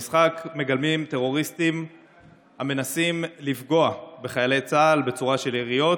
במשחק מגולמים טרוריסטים המנסים לפגוע בחיילי צה"ל בצורה של יריות,